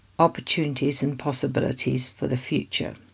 opportunities and possibilities for the future.